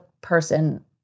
person